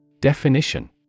Definition